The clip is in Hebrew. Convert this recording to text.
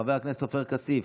חבר הכנסת עופר כסיף,